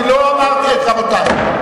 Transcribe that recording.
אני לא אמרתי, רבותי.